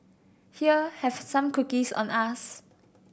here have some cookies on us